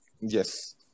yes